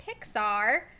Pixar